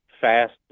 fast